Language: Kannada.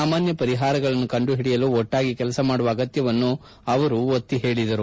ಸಾಮಾನ್ಕ ಪರಿಪಾರಗಳನ್ನು ಕಂಡುಹಿಡಿಯಲು ಒಟ್ಟಾಗಿ ಕೆಲಸ ಮಾಡುವ ಅಗತ್ಯವನ್ನು ಅವರು ಒತ್ತಿ ಹೇಳಿದರು